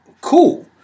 Cool